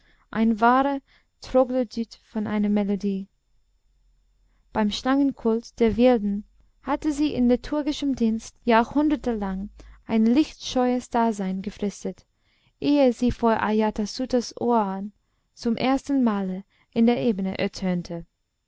ein wahrer troglodyt von einer melodei beim schlangenkult der wilden hatte sie in liturgischem dienst jahrhundertelang ein lichtscheues dasein gefristet ehe sie vor ajatasattus ohren zum ersten male in der ebene ertönte